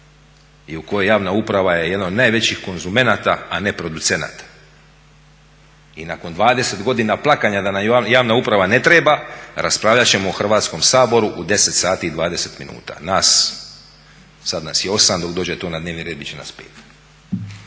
i u kojoj javna uprava je jedan od najvećih konzumenata, a ne producenata. I nakon 20 godina plakanja da nam javna uprava ne treba raspravljat ćemo u Hrvatskom saboru u 22,20 sati nas, sad nas je 8, dok dođe to na dnevni red bit će nas 5.